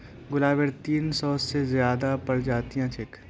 गुलाबेर तीन सौ से ज्यादा प्रजातियां छेक